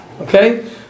Okay